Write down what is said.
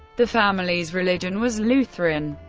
the family's religion was lutheran.